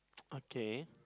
okay